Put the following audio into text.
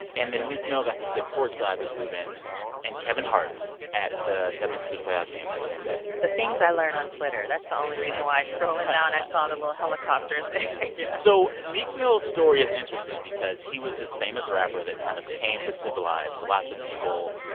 and then meek mill got to sit courtside with rubin and kevin hart at the seventy six ers playoff game that same day the things i learn on twitter. that's the only reason why scrolling down, i saw the little helicopter yeah so meek mill's story is interesting because he was this famous rapper that kind of came to symbolize, for lots of people,